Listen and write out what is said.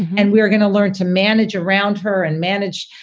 and we are going to learn to manage around her and manage,